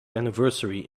anniversary